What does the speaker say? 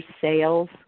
sales